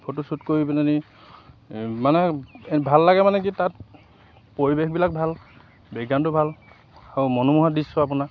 photoshoot কৰি পেলাহেনি মানে ভাল লাগে মানে কি তাত পৰিৱেশবিলাক ভাল বেকগ্ৰাউণ্ডটো ভাল আৰু মনোমোহা দৃশ্য আপোনাৰ